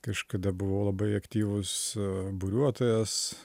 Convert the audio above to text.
kažkada buvau labai aktyvus būriuotojas